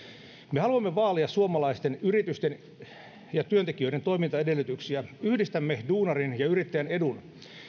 me haluamme vaalia suomalaisten yritysten ja työntekijöiden toimintaedellytyksiä yhdistämme duunarin ja yrittäjän edun